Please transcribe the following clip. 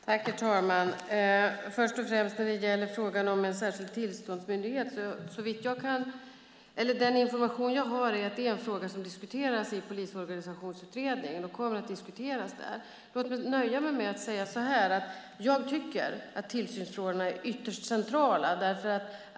Herr talman! Först och främst när det gäller frågan om en särskild tillsynsmyndighet är den information jag har att det är en fråga som diskuteras i Polisorganisationskommittén och som kommer att diskuteras vidare. Låt mig nöja mig med att säga så här: Jag tycker att tillsynsfrågorna är ytterst centrala.